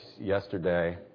yesterday